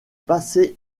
passer